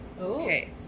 Okay